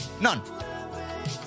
None